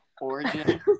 Origin